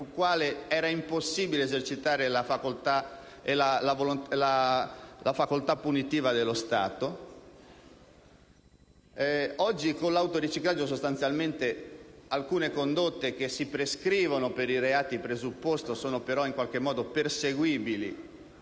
quale era impossibile esercitare la facoltà punitiva dello Stato. Oggi con l'autoriciclaggio alcune condotte che si prescrivono per i reati presupposto sono però perseguibili